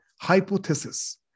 hypothesis